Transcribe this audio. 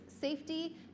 safety